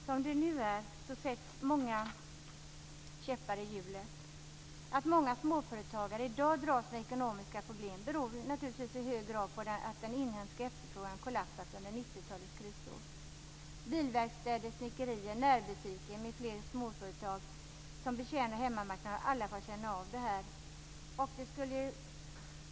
Som det nu är sätts många käppar i hjulet. Att många småföretagare i dag dras med ekonomiska problem beror naturligtvis i hög grad på att den inhemska efterfrågan kollapsat under 90-talets krisår. Bilverkstäder, snickerier, närbutiker m.fl. småföretag som betjänar hemmamarknaden har alla fått känna av detta.